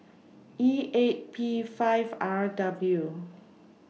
E eight P five R W